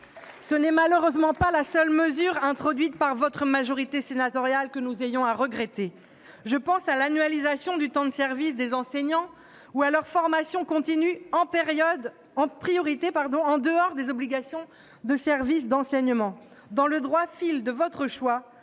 Ce n'est malheureusement pas la seule mesure, introduite par votre majorité sénatoriale, que nous ayons à regretter. Je pense à l'annualisation du temps de service des enseignants ou à leur formation continue « en priorité en dehors des obligations de service d'enseignement ». Dans le droit-fil de votre choix,